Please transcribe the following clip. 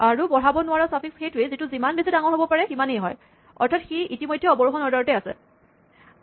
আৰু বঢ়াব নোৱাৰা চাফিক্স সেইটোৱেই যিটো যিমান বেছি ডাঙৰ হ'ব পাৰে সিমানেই হয় অৰ্থাৎ সি ইতিমধ্যে অৱৰোহন অৰ্ডাৰত আছেই